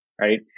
right